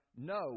No